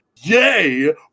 yay